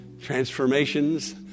Transformations